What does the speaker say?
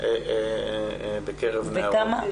מקרב נערות.